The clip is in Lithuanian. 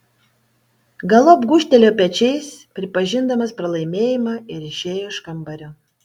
galop gūžtelėjo pečiais pripažindamas pralaimėjimą ir išėjo iš kambario